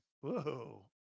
Whoa